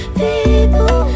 people